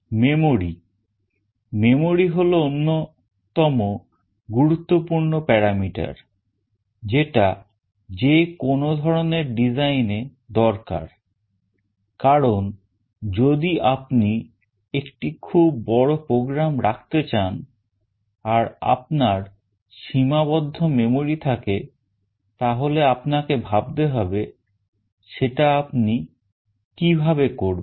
Memory memory হল অন্যতম গুরুত্বপূর্ণ parameter যেটা যেকোনো ধরনের design এ দরকার কারণ যদি আপনি একটি খুব বড় program রাখতে চান আর আপনার সীমাবদ্ধ memory থাকে তাহলে আপনাকে ভাবতে হবে সেটা আপনি কিভাবে করবেন